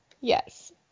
Yes